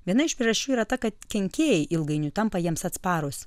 viena iš priežasčių yra ta kad kenkėjai ilgainiui tampa jiems atsparūs